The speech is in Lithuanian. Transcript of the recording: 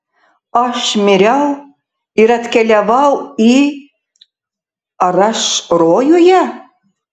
aš miriau ir atkeliavau į ar aš rojuje